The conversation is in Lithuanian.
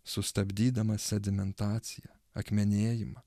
sustabdydamas sedimentaciją akmenėjimą